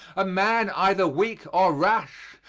a man either weak or rash,